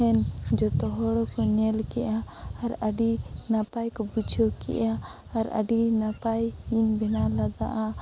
ᱦᱮᱱ ᱡᱚᱛᱚ ᱦᱚᱲ ᱠᱚ ᱧᱮᱞ ᱠᱮᱫᱼᱟ ᱟᱨ ᱟᱹᱰᱤ ᱱᱟᱯᱟᱭ ᱠᱚ ᱵᱩᱡᱷᱟᱹᱣ ᱠᱮᱫᱼᱟ ᱟᱨ ᱟᱹᱰᱤ ᱱᱟᱯᱟᱭᱤᱧ ᱵᱮᱱᱟᱣ ᱞᱮᱫᱟᱜᱼᱟ